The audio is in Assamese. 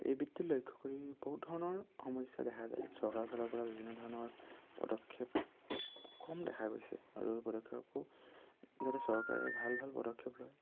এই বৃত্তিৰ লক্ষ্য কৰি বহুত ধৰণৰ সমস্যা দেখা যায় চৰকাৰৰ ফালৰ পৰা বিভিন্ন ধৰণৰ পদক্ষেপ কম দেখা গৈছে আৰু এই পদক্ষেপবোৰ যাতে চৰকাৰে ভাল ভাল পদক্ষেপ লয়